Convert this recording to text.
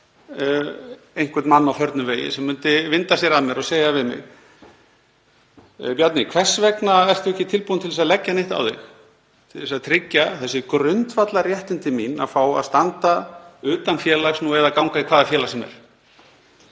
einhvern mann á förnum vegi sem myndi vinda sér að mér og segja: Bjarni, hvers vegna ertu ekki tilbúinn til að leggja neitt á þig til að tryggja þessi grundvallarréttindi mín að fá að standa utan félags eða ganga í hvaða félag sem er?